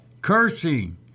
cursing